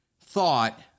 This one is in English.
thought